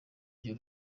iryo